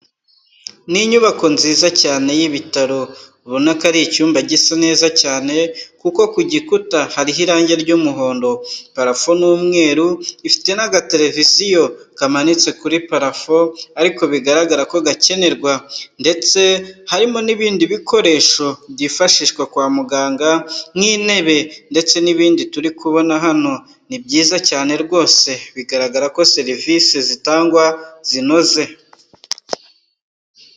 Ni inyubako nziza cyane y'ibitaro. Ubona ko ari icyumba gisa neza cyane, kuko ku gikuta hariho irangi ry'umuhondo, parafo ni umweru ifite n'agateleviziyo kamanitse kuri parafo ariko bigaragara ko gakenerwa. Ndetse harimo n'ibindi bikoresho byifashishwa kwa muganga nk'intebe ndetse n'ibindi turi kubona hano. Ni byiza cyane rwose bigaragara ko serivise zitangwa zinoze.